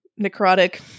necrotic